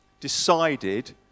decided